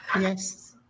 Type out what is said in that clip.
yes